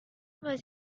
was